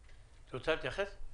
את רוצה להתייחס?